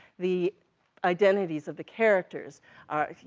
the identities of the characters are,